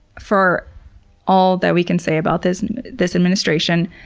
for all that we can say about this and this administration,